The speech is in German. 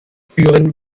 türen